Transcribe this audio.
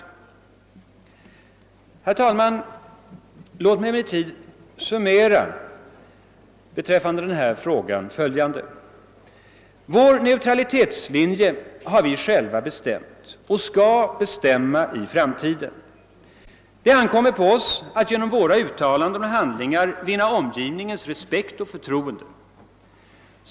Herr talman! Låt mig emellertid beträffande denna fråga göra följande summering: Vår neutralitetslinje har vi själva bestämt, och det skall vi göra även i framtiden. Det ankommer på oss att genom våra uttalanden och handlingar vinna omgivningens respekt och förtroende.